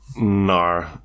No